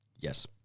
Yes